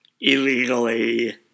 illegally